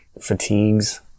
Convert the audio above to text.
fatigues